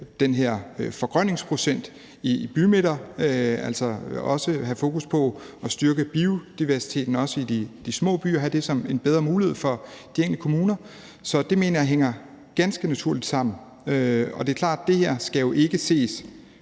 den her forgrønningsprocent i bymidter, altså også at have fokus på at styrke biodiversiteten i de små byer og at have det som en bedre mulighed for de enkelte kommuner, så det mener jeg hænger ganske naturligt sammen. Det er klart, at det her ikke kun skal ses